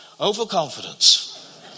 overconfidence